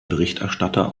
berichterstatter